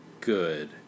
good